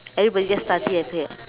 everybody just study and play